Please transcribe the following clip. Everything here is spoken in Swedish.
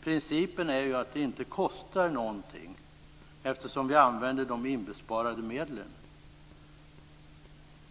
Principen är att det inte kostar någonting, eftersom vi använder de inbesparade medlen.